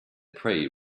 prey